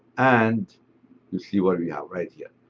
and you'll see what we have right here.